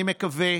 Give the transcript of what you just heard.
אני מקווה